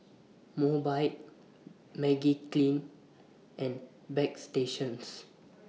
Mobike Magiclean and Bagstationz